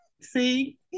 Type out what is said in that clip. see